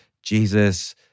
jesus